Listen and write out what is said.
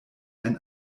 ein